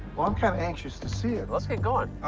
well, i'm kind of anxious to see it. let's get going.